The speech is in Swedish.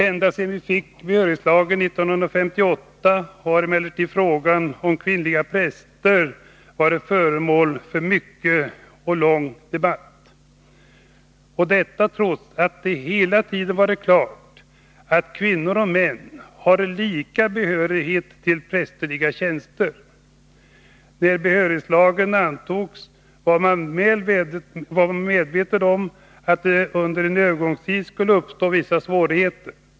Ända sedan vi fick behörighetslagen 1958 har emellertid frågan om kvinnliga präster varit föremål för mycket debatt. Ock detta trots att det hela tiden har varit klart att kvinnor och män har lika behörighet till prästerliga tjänster. När behörighetslagen antogs var man väl medveten om att det under en övergångstid skulle kunna uppstå vissa svårigheter.